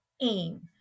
aim